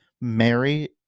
Mary